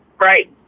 Right